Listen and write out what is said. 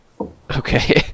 Okay